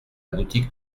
boutique